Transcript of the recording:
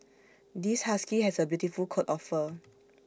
this husky has A beautiful coat of fur